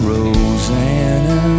Rosanna